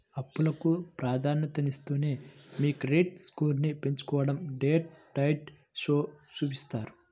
అప్పులకు ప్రాధాన్యతనిస్తూనే మీ క్రెడిట్ స్కోర్ను పెంచుకోడం డెట్ డైట్ షోలో చూపిత్తారు